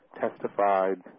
testified